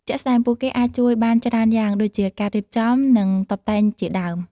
ជាក់ស្តែង ពួកគេអាចជួយបានច្រើនយ៉ាង ដូចជាការរៀបចំ និងតុបតែងជាដើម។